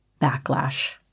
backlash